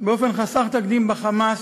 באופן חסר תקדים ב"חמאס"